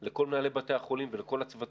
במקביל למאמץ הזה אנחנו מתכוננים לחורף הממשמש ובא.